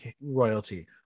royalty